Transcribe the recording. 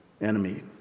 enemy